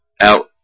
out